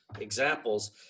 examples